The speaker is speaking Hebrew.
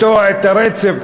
לקטוע את הרצף.